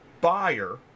buyer